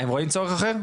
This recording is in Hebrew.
הם רואים צורך אחר?